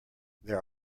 there